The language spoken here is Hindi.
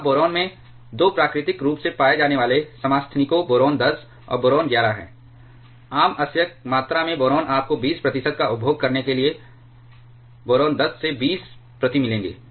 अब बोरान में 2 प्राकृतिक रूप से पाए जाने वाले समस्थानिकों बोरान 10 और बोरान 11 हैं आम अयस्क मात्रा में बोरान आपको 20 प्रतिशत का उपभोग करने के लिए बोरॉन 10 से 20 प्रति मिलेंगे